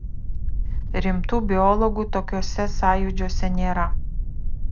rimtų biologų tokiuose sąjūdžiuose nėra